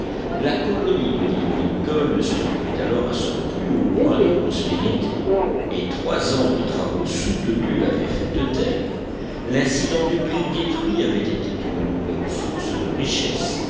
la colonie de l'île lincoln se trouvait alors à son plus haut point de prospérité et trois ans de travaux soutenus l'avaient faite telle l'incident du brick détruit avait été une nouvelle source de richesses